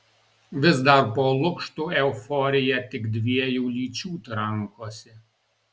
vis dar po lukštu euforija tik dviejų lyčių trankosi